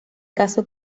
caso